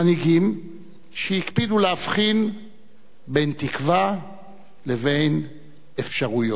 מנהיגים שהקפידו להבחין בין תקווה לבין אפשרויות.